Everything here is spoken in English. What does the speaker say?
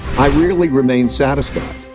i rarely remained satisfied.